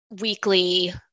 weekly